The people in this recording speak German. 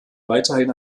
weiterhin